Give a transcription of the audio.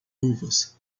luvas